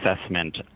assessment